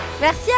Merci